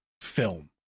film